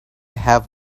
have